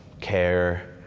care